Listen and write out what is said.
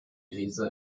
krise